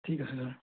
ঠিক আছে ছাৰ